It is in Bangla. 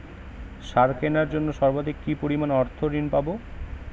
সার কেনার জন্য সর্বাধিক কি পরিমাণ অর্থ ঋণ পাব?